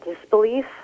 disbelief